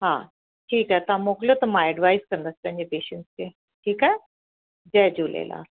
हा ठीकु आहे तव्हां मोकिलियो त मां एडवाइज कंदसि पंहिंजे पेशंट्स खे ठीकु आहे जय झूलेलाल